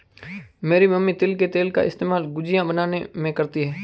मेरी मम्मी तिल के तेल का इस्तेमाल गुजिया बनाने में करती है